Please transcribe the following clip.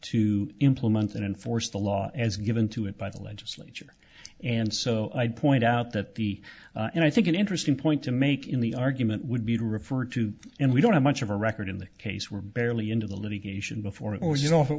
to implement and enforce the law as given to it by the legislature and so i'd point out that the and i think an interesting point to make in the argument would be to refer to and we don't have much of a record in the case we're barely into the litigation before it was you know if it